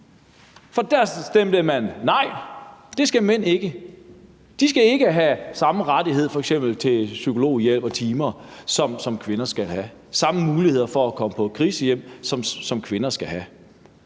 for der stemte man nej. Det skal mænd ikke have – de skal ikke have samme rettighed til f.eks. psykologhjælp, som kvinder skal have, eller de samme muligheder for at komme på et krisehjem, som kvinder skal have.